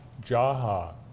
Jaha